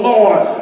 Lord